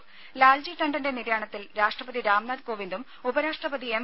രുമ ലാൽജി ടണ്ഠന്റെ നിര്യാണത്തിൽ രാഷ്ട്രപതി രാംനാഥ് കോവിന്ദും ഉപരാഷ്ട്രപതി എം